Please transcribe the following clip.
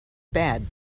bad